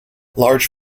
large